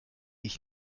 ich